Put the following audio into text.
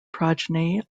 progeny